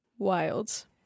Wild